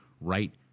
right